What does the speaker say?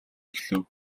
эхлэв